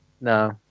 no